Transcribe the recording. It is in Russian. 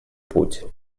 путь